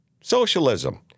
Socialism